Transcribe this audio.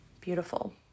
Beautiful